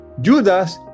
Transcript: Judas